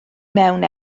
mewn